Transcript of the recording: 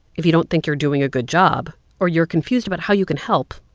if you don't think you're doing a good job or you're confused about how you can help,